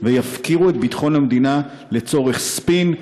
ויפקירו את ביטחון המדינה לצורך ספין,